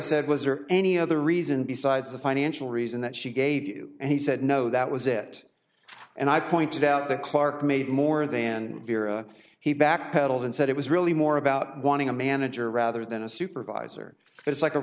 said was or any other reason besides the financial reason that she gave you and he said no that was it and i pointed out the clark made more than vera he backpedaled and said it was really more about wanting a manager rather than a supervisor it's like a